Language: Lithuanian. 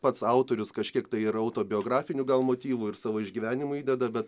pats autorius kažkiek tai ir autobiografinių gal motyvų ir savo išgyvenimų įdeda bet